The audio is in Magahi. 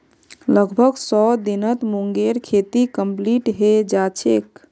लगभग सौ दिनत मूंगेर खेती कंप्लीट हैं जाछेक